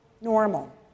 normal